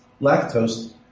lactose